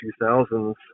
2000s